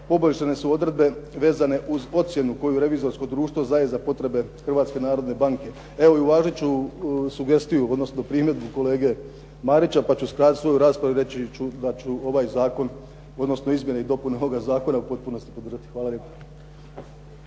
poboljšane su odredbe vezane uz ocjenu koje revizorsko društvo daje za potrebe Hrvatske narodne banke. Evo i uvažit ću sugestiju, odnosno primjedbu kolege Marića pa ću skratiti svoju raspravu i reći ću da ću ovaj zakon, odnosno izmjene i dopune ovoga zakona u potpunosti podržati. Hvala lijepa.